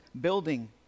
building